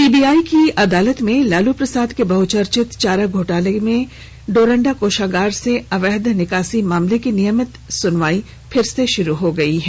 CBI की अदालत में लालू प्रसाद के बहुचर्चित चारा घोटाला के डोरंडा कोषागार से अवैध निकासी मामले की नियमित सुनवाई फिर से शुरू हो गई है